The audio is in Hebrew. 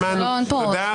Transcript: תודה.